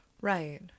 Right